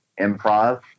improv